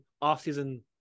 off-season